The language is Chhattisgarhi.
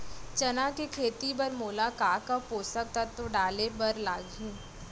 चना के खेती बर मोला का का पोसक तत्व डाले बर लागही?